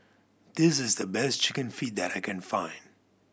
this is the best Chicken Feet that I can find